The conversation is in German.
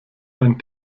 einen